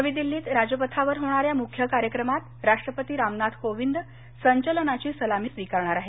नवी दिल्लीत राजपथावर होणाऱ्या मुख्य कार्यक्रमात राष्ट्रपती रामनाथ कोविद संचलनाची सलामी स्वीकारणार आहेत